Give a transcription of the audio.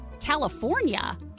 California